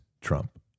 Trump